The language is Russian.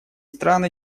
страны